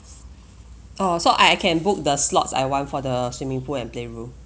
oh so I can book the slots I want for the swimming pool and playroom